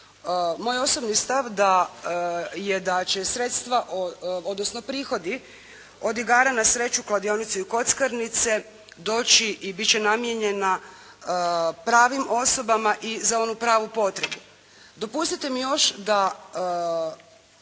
Moj osobni stav je da će sredstva odnosno prihodi od igara na sreću, kladionica, kockarnica doći i bit će namijenjena pravim osobama i za onu pravu potrebu. Dopustite mi još da